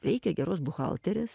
reikia geros buhalterės